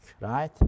right